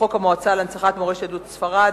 חוק המועצה להנצחת מורשת יהדות ספרד,